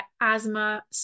asthma